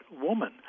woman